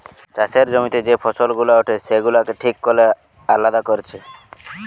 চাষের জমিতে যে ফসল গুলা উঠে সেগুলাকে ঠিক কোরে আলাদা কোরছে